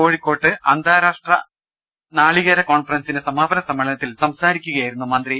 കോഴിക്കോട്ട് അന്താരാഷ്ട്ര നാളികേര കോൺഫറൻസിന്റെ സമാപന സമ്മേളനത്തിൽ സംസാരിക്കുകയായിരുന്നു മന്ത്രി